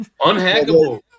unhackable